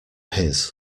his